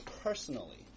personally